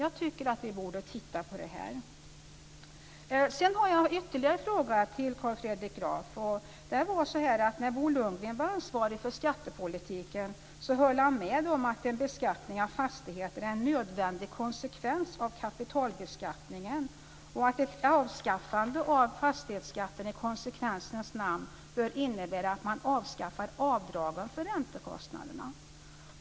Jag tycker att vi borde titta på detta. Sedan har jag ytterligare en fråga till Carl Fredrik Graf. När Bo Lundgren var ansvarig för skattepolitiken höll han med om att en beskattning av fastigheter är en nödvändig konsekvens av kapitalbeskattningen och att ett avskaffande av fastighetsskatten i konsekvensens namn bör innebära att man avskaffar avdragen för räntekostnaderna.